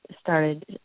started